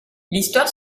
l’histoire